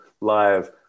live